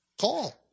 Call